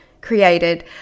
created